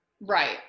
Right